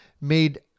made